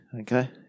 Okay